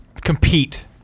Compete